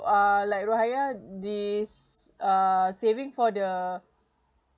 uh like rohaya this uh saving for the